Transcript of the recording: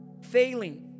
failing